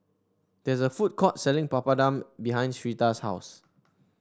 there is a food court selling Papadum behind Syreeta's house